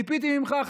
ציפיתי ממך,